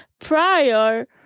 prior